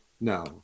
No